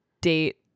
date